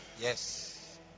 Yes